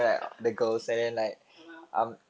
the girls as in like you know ah